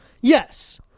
Yes